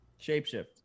shapeshift